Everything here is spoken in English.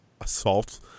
assault